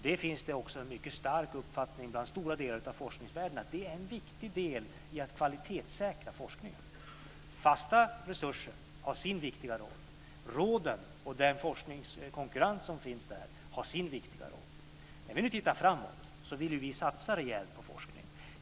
Det finns också inom stora delar av forskarvärlden en mycket stark uppfattning om att det är en viktig del i att kvalitetssäkra forskningen. Fasta resurser har sin viktiga roll. Råden och den forskningskonkurrens som finns där har sin viktiga roll. När vi nu tittar framåt vill vi satsa rejält på forskning.